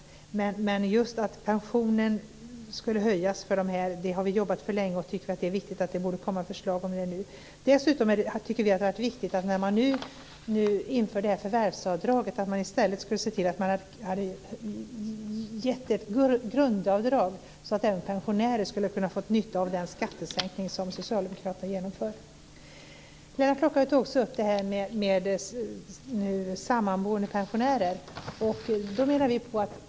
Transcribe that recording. Vi har jobbat länge för att pensionen ska höjas för dessa människor. Det borde komma förslag om det nu. När man nu inför förvärvsavdraget borde man också ge ett grundavdrag så att även pensionärer fått nytta av den skattesänkning som socialdemokraterna genomför. Det är också viktigt. Lennart Klockare tog också frågan om upp sammanboende pensionärer.